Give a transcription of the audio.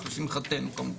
לשמחתנו כמובן.